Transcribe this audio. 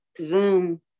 Zoom